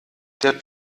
der